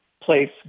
place